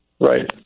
Right